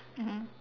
mmhmm